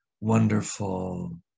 wonderful